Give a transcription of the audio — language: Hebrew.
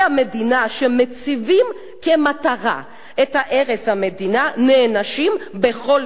שמציבים כמטרה את הרס המדינה נענשים בכל מקום,